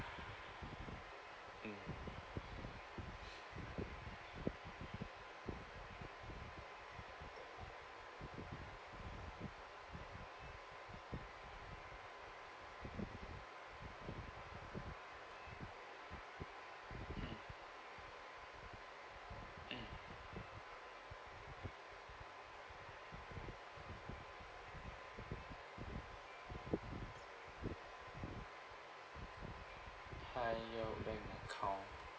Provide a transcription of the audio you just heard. mm high yield bank account